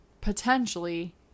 potentially